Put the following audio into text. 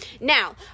Now